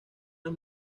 las